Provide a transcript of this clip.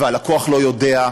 והלקוח לא יודע,